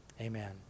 Amen